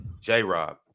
J-Rob